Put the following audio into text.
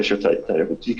קשר תיירותי,